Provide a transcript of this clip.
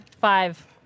Five